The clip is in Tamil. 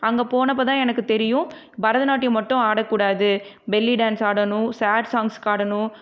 அங்கே போனப்போதான் எனக்கு தெரியும் பரதநாட்டியம் மட்டும் ஆட கூடாது பெல்லி டான்ஸ் ஆடணும் சாட் சாங்ஸ்க்கு ஆடணும்